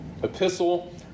epistle